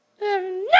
no